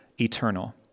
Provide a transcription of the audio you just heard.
eternal